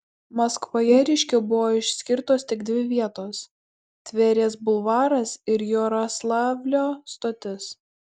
maskvoje ryškiau buvo išskirtos tik dvi vietos tverės bulvaras ir jaroslavlio stotis